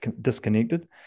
disconnected